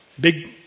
big